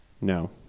No